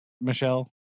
Michelle